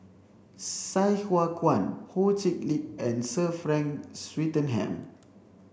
Sai Hua Kuan Ho Chee Lick and Sir Frank Swettenham